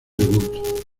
debut